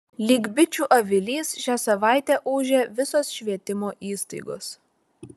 lyg bičių avilys šią savaitę ūžė visos švietimo įstaigos